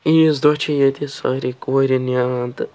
عیٖذ دۄہ چھِ ییٚتہِ ساریٚے کورِ نیران تہٕ